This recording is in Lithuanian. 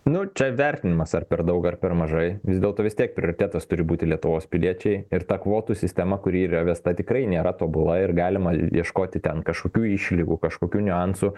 nu čia vertinimas ar per daug ar per mažai vis dėlto vis tiek prioritetas turi būti lietuvos piliečiai ir ta kvotų sistema kuri yra vesta tikrai nėra tobula ir galima ieškoti ten kažkokių išlygų kažkokių niuansų